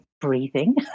breathing